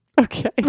Okay